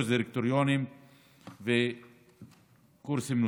קורס דירקטורים וקורסים נוספים,